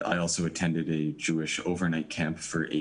השתתפתי גם בשמונה מחנות קיץ יהודיים.